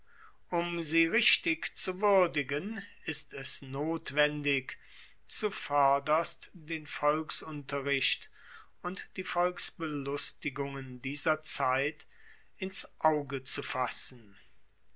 um sie richtig zu wuerdigen ist es notwendig zuvoerderst den volksunterricht und die volksbelustigungen dieser zeit ins auge zu fassen